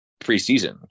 preseason